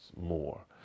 more